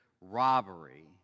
robbery